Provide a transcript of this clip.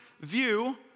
view